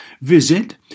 Visit